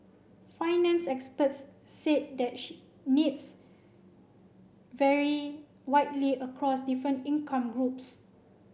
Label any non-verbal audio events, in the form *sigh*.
finance experts said the *unintelligible* needs vary widely across different income groups